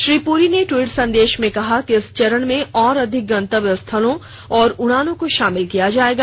श्री पूरी ने ट्वीट संदेश में कहा कि इस चरण में और अधिक गन्तव्य स्थलों और उड़ानों को शामिल किया जाएगा